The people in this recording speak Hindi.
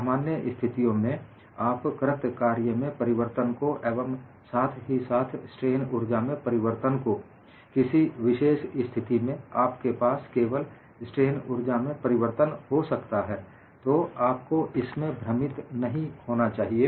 सामान्य स्थितियों में आप कृत कार्य में परिवर्तन को एवं साथ ही साथ स्ट्रेन ऊर्जा में परिवर्तन को किसी विशेष स्थिति में आपके पास केवल स्ट्रेन ऊर्जा में परिवर्तन हो सकता है तो आपको इसमें भ्रमित नहीं होना चाहिए